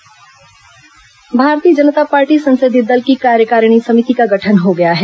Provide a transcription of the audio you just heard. BJP संसदीय दल Bharatiya Janata Party संसदीय दल की कार्यकारिणी समिति का गठन हो गया है